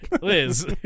Liz